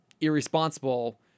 irresponsible